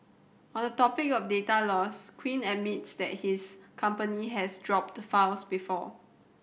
on the topic of data loss Quinn admits that his company has dropped files before